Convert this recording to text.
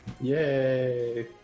Yay